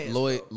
Lloyd